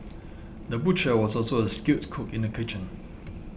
the butcher was also a skilled cook in the kitchen